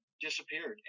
disappeared